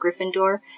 Gryffindor